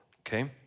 okay